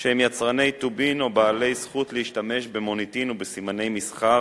שהם יצרני טובין או בעלי זכות להשתמש במוניטין ובסימני מסחר